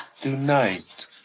tonight